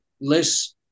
less